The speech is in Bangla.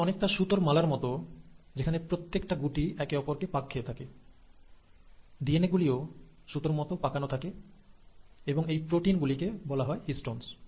এটি অনেকটা সুতোর মালার মতো যেখানে প্রত্যেকটা গুটি একে অপরকে পাক খেয়ে থাকে ডিএনএ গুলিও সুতোর মতো পাকানো থাকে এবং এই প্রোটিন গুলিকে বলা হয় হিষ্টনস